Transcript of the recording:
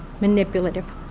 manipulative